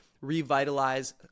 revitalize